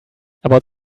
about